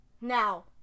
Now